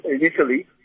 initially